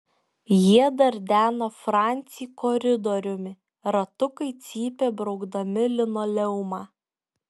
jie dardeno francį koridoriumi ratukai cypė braukdami linoleumą